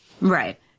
right